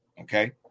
Okay